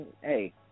hey